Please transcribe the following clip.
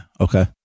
Okay